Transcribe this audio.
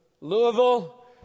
Louisville